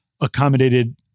accommodated